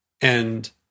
And-